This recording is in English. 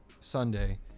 Sunday